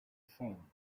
phone